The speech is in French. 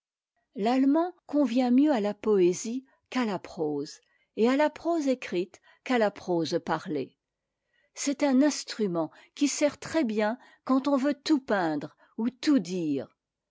l'allemand convient mieux à la poésie qu'à la prose et à la prose écrite qu'à la prose parlée c'est un instrument qui sert très-bien quand on veut tout peindre ou tout dire